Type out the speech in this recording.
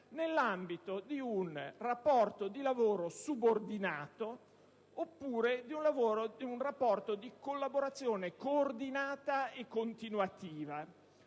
nell'ambito di un rapporto di lavoro subordinato oppure di un rapporto di collaborazione coordinata e continuativa.